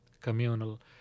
communal